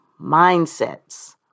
mindsets